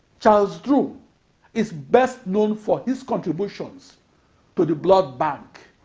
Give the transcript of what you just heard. charles drew is best known for his contributions to the blood bank.